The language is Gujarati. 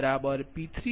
452 1